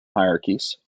hierarchies